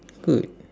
good